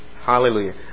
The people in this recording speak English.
hallelujah